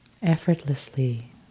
effortlessly